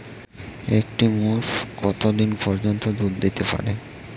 একটি মোষ কত দিন পর্যন্ত দুধ দিতে পারে?